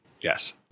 Yes